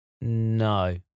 No